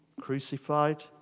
crucified